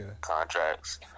contracts